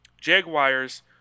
Jaguars